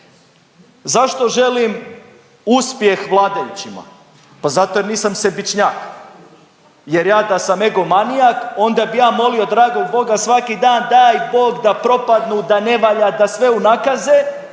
Zašto želim uspjeh vladajućima? Pa zato jer nisam sebičnjak. Jer ja da sam ego manijak onda bi ja molio dragog Boga svaki dan, daj Bog da propadnu, da ne valja, da sve unakaze,